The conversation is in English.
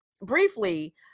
briefly